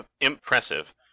impressive